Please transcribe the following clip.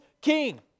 King